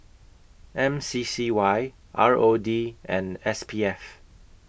M C C Y R O D and S P F